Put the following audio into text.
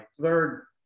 third